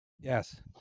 Yes